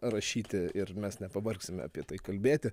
rašyti ir mes nepavargsime apie tai kalbėti